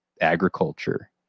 agriculture